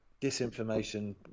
Disinformation